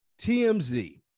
TMZ